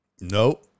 nope